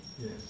Yes